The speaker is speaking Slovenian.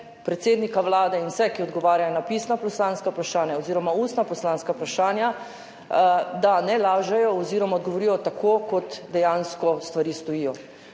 predsednika Vlade in vse, ki odgovarjajo na pisna poslanska vprašanja oziroma ustna poslanska vprašanja, da ne lažejo oziroma odgovorijo tako, kot dejansko stvari stojijo.